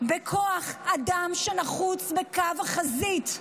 בכוח אדם שנחוץ בקו החזית.